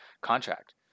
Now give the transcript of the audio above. contract